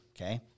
okay